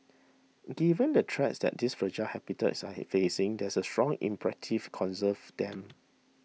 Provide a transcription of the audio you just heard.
given the threats that these fragile habitats are facing there is a strong imperative conserve them